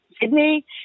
Sydney